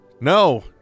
No